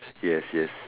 yes yes